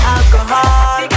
Alcohol